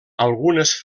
algunes